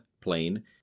plane